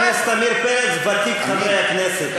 ותיק חברי הכנסת,